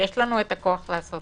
יש לנו הכוח לעשות זאת.